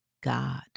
God